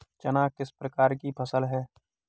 चना किस प्रकार की फसल है?